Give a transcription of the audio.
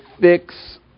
fix